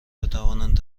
بتوانند